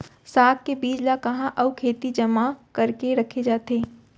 साग के बीज ला कहाँ अऊ केती जेमा करके रखे जाथे?